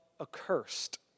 accursed